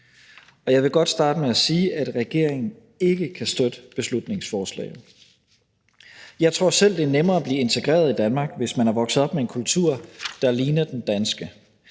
Og jeg vil godt starte med sige, at regeringen ikke kan støtte beslutningsforslaget. Jeg tror selv, at det er nemmere at blive integreret i Danmark, hvis man er vokset op med en kultur, der ligner den danske,